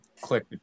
click